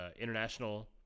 international